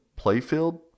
Playfield